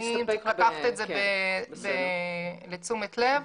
צריך לקחת את זה לתשומת הלב.